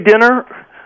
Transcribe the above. dinner